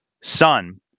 son